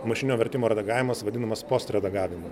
mašininio vertimo redagavimas vadinamas post redagavimu